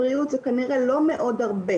ולכן גם מאוד קשה להם,